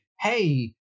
hey